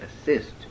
assist